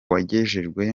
wagejejwe